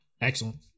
Excellent